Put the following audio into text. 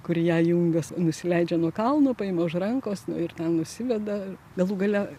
kur ją jungas nusileidžia nuo kalno paima už rankos nu ir ten nusiveda galų gale